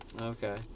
Okay